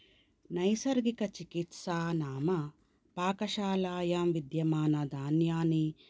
नैसर्गिकचिकित्सा नाम पाकशालायां विद्यमानधान्यानि